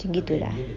macam gitu lah